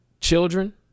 children